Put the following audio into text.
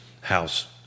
house